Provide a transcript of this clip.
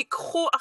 חשוך.